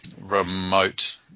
remote